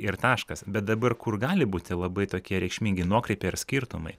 ir taškas bet dabar kur gali būti labai tokie reikšmingi nuokrypiai ir skirtumai